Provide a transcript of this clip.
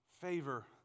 favor